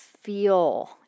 feel